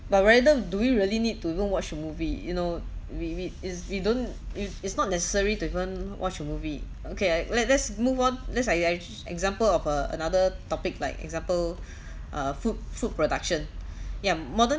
but rather do we really need to even watch movie you know we we it's we don't it it's not necessary to even watch a movie okay I let let's move on let's say an example of a another topic like example uh food food production ya modern